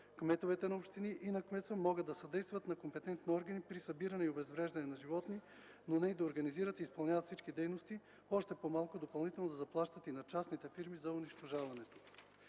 Кметовете на общини и на кметства могат да съдействат на компетентните органи при събиране и обезвреждане на животни, но не и да организират и изпълняват всички дейности, още по-малко – допълнително да заплащат и на частни фирми за унищожаването.